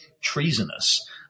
treasonous